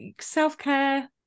self-care